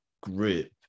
group